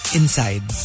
inside